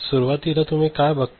सुरुवातीला तुम्ही काय बघता